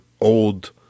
old